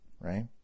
Right